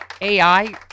AI